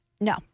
No